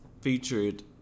featured